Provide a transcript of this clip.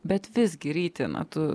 bet visgi ryti na tu